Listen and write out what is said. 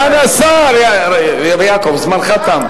סגן השר, ר' יעקב, זמנך תם.